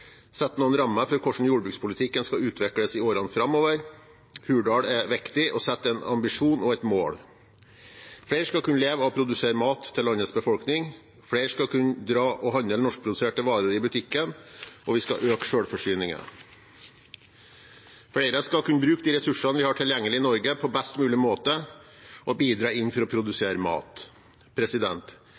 noen rammer for hvordan jordbrukspolitikken skal utvikles i årene framover. Hurdalsplattformen er viktig og setter en ambisjon og et mål. Flere skal kunne leve av å produsere mat til landets befolkning. Flere skal kunne dra og handle norskproduserte varer i butikken, og vi skal øke selvforsyningen. Flere skal kunne bruke de ressursene vi har tilgjengelig i Norge, på best mulig måte, og bidra inn for å produsere mat.